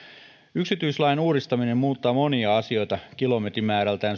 yksityistielain uudistaminen muuttaa monia asioita kilometrimäärältään